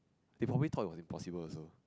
they probably thought it was impossible also